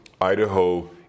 idaho